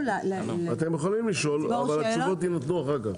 אתם יכולים לשאול, אבל תשובות יינתנו אחר כך.